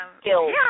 skills